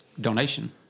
donation